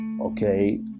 okay